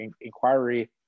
inquiry